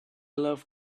love